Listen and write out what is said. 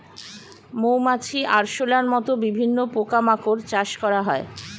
মৌমাছি, আরশোলার মত বিভিন্ন পোকা মাকড় চাষ করা হয়